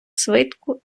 свитку